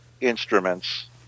instruments